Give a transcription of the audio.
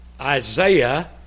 Isaiah